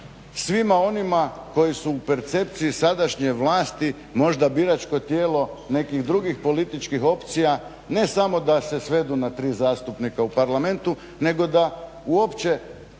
svima onima koji su u percepciji sadašnje vlasti možda biračko tijelo nekih drugih političkih opcija, ne samo da se svedu na tri zastupnika u Parlamentu nego da uopće